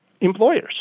employers